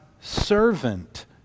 servant